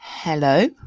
Hello